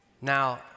Now